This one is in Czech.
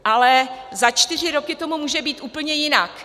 Ale za čtyři roky tomu může být úplně jinak.